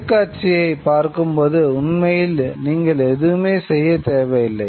தொலைக்காட்சியைப் பார்க்கும்போது உண்மையில் நீங்கள் எதுவுமே செய்யத் தேவையில்லை